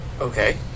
Okay